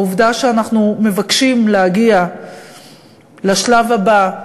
העובדה שאנחנו מבקשים להגיע לשלב הבא,